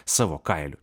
savo kailiu